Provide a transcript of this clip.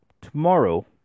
Tomorrow